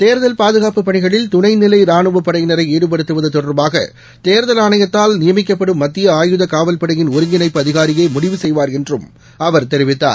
தேர்தல் பாதுகாப்பு பணிகளில் துணைநிலைரானுவப்படையினரைஈடுபடுத்துவதுதொடர்பாகதேர்தல் ஆணையத்தால் நியமிக்கப்படும் மத்திய ஆயுத காவல்படையின் ஒருங்கிணைப்புஅதினரியேமுடிவு செய்வார் என்றுஅவர் தெரிவித்தார்